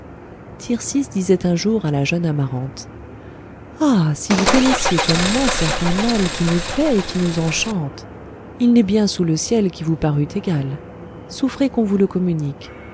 tircis disait un jour à la jeune amarante ah si vous connaissiez comme moi certain mal qui nous plaît et qui nous enchante il n'est bien sous le ciel qui vous parût égal souffrez qu'on vous le communique